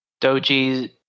Doji